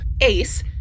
Ace